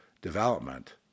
development